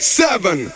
seven